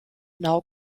now